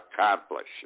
accomplish